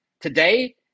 Today